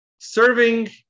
Serving